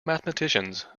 mathematicians